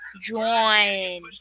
join